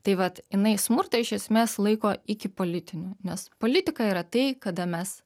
tai vat jinai smurtą iš esmės laiko iki politinių nes politika yra tai kada mes